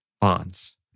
bonds